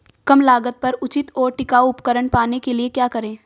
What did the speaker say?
कम लागत पर उचित और टिकाऊ उपकरण पाने के लिए क्या करें?